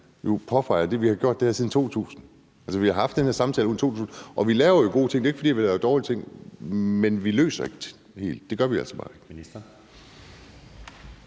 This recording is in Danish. påpegede, har vi gjort det her siden 2000; altså, vi har haft den her samtale siden 2000, og vi laver jo gode ting. Det er ikke, fordi vi laver dårlige ting, men vi løser det ikke helt; det gør vi altså bare ikke.